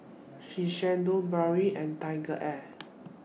Shiseido Bargo and TigerAir